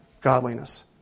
godliness